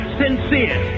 sincere